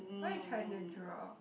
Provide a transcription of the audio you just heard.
what you trying to draw